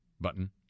button